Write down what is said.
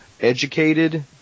educated